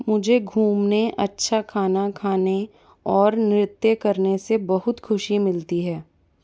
मुझे घूमने अच्छा खाना खाने और नृत्य करने से बहुत खुशी मिलती है